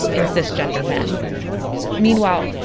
in cis gender men meanwhile,